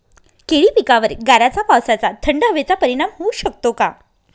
केळी पिकावर गाराच्या पावसाचा, थंड हवेचा परिणाम होऊ शकतो का?